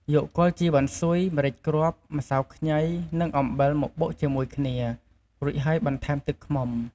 យកគល់ជីវ៉ាន់ស៊ុយ ម្រេចគ្រាប់ ម្សៅខ្ញី និងអំបិលមកបុកជាមួយគ្នា រួចហើយបន្ថែមទឹកឃ្មុំ។